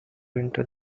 into